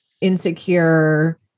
insecure